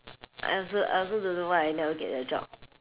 I also I also don't know why I never get the job